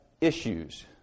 issues